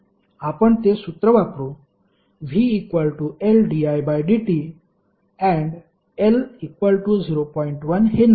आपण ते सूत्र वापरू vLdidt and L0